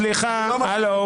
א',